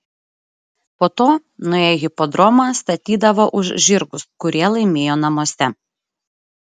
po to nuėję į hipodromą statydavo už žirgus kurie laimėjo namuose